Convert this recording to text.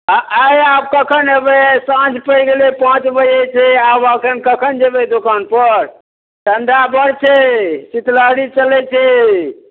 आ आइ आब कखन एबै साँझ पड़ि गेलै पाँच बजै छै आब एखन कखन जेबै दोकानपर ठंडा बड़ छै शीतलहरी चलै छै